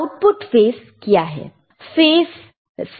output face क्या है